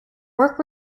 work